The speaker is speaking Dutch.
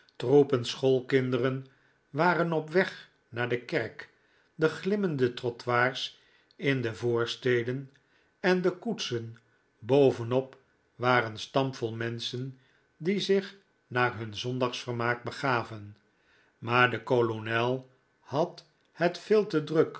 troepen schoolkinderen waren op weg naar de kerk de glimmende trottoirs in de voorsteden en de koetsen bovenop waren stampvol menschen die zich naar hun zondagvermaak begaven maar de kolonel had het veel te druk